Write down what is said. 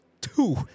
two